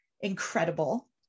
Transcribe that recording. incredible